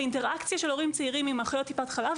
האינטראקציה של ההורים הצעירים עם טיפת חלב